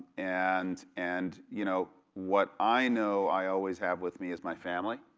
and and you know what i know i always have with me is my family.